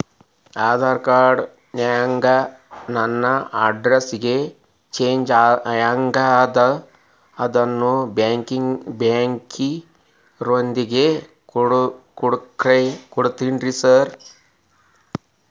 Aadhaar card ನ್ಯಾಗ ನನ್ address change ಆಗ್ಯಾದ ಅದನ್ನ ಬ್ಯಾಂಕಿನೊರಿಗೆ ಕೊಡ್ಬೇಕೇನ್ರಿ ಸಾರ್?